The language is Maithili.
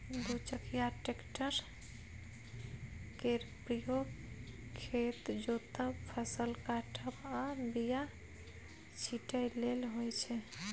दु चकिया टेक्टर केर प्रयोग खेत जोतब, फसल काटब आ बीया छिटय लेल होइ छै